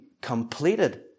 completed